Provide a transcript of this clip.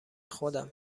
خودم